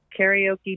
karaoke